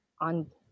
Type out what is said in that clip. on